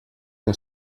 que